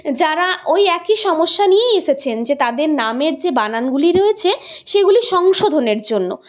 যারা ওই একই সমস্যা নিয়েই এসেছেন যে তাদের নামের যে বানানগুলি রয়েছে সেগুলি সংশোধনের জন্য